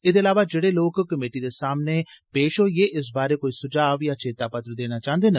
एदे इलावा जेड़े लोक कमेटी दे सामने पेश आइयै इस बारै कोई स्झाव या चेता पत्र देना चाहंदे न